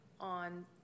on